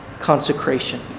consecration